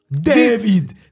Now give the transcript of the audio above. David